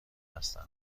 هستم